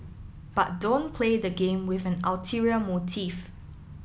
but don't play the game with an ulterior motive